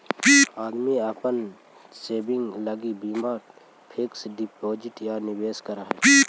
आदमी अपन सेविंग लगी बीमा फिक्स डिपाजिट या निवेश करऽ हई